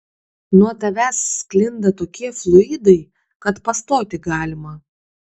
nuo tavęs sklinda tokie fluidai kad pastoti galima